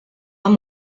amb